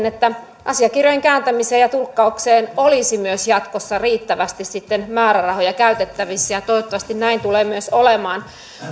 että asiakirjojen kääntämiseen ja tulkkaukseen olisi myös jatkossa riittävästi määrärahoja käytettävissä ja ja toivottavasti näin tulee myös olemaan